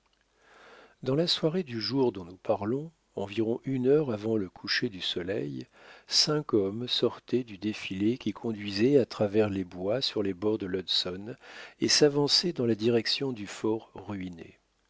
dans la soirée du jour dont nous parlons environ une heure avant le coucher du soleil cinq hommes sortaient du défilé qui conduisait à travers les bois sur les bords de l'hudson et s'avançaient dans la direction du fort ruiné